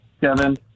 kevin